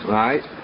right